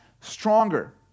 stronger